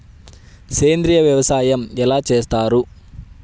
సేంద్రీయ వ్యవసాయం ఎలా చేస్తారు?